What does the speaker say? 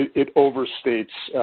it overstates,